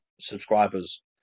subscribers